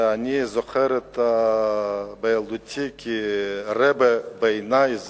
ואני זוכר בילדותי ש"רעבע" בעיני היה